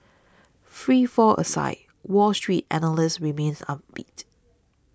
free fall aside Wall Street analysts remains upbeat